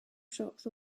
shops